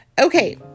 Okay